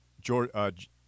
George